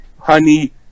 honey